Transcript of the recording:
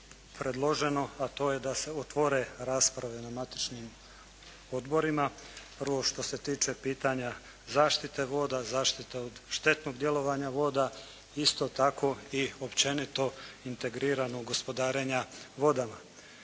predloženo, a to je da se otvore rasprave na matičnim odborima. Prvo što se tiče pitanja zaštite voda, zaštita od štetnog djelovanja voda. Isto tako i općenito integriranog gospodarenja vodama.